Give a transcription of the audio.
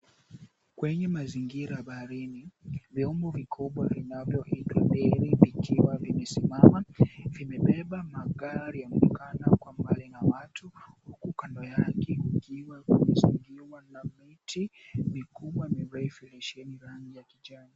Kwenye mazingira baharini viombo vikubwa viitwavyo meli zikiwa zimesimama zimebeba magari pamoja na watu, huku kando yake imezingirwa na miti iliyosheheni rani ya kijani.